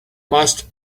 must